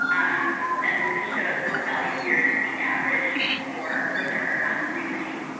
um then this showed this value here is the average score for their um reasoning.